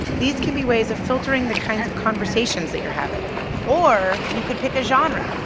these can be ways of filtering the kinds of conversations that you're having or you could pick a genre,